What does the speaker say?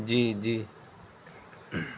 جی جی